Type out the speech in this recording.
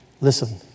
Listen